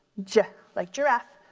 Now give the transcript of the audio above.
juh, like giraffe.